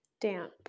damp